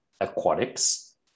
aquatics